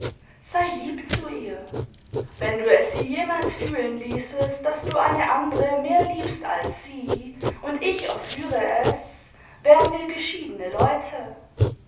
sei lieb zu ihrl wenn du es sie jemals fühlen ließest daß du eine andere mehr lie'bst als sie und ich erführe es waren wir geschiedene leute